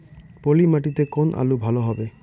পলি মাটিতে কোন আলু ভালো হবে?